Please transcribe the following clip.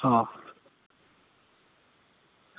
હા